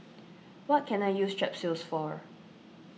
what can I use Strepsils for